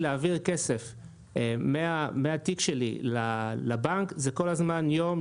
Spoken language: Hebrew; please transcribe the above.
להעביר כסף מהתיק שלי לבנק זה כל הזמן יום,